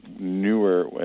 newer